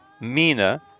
mina